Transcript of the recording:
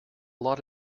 lot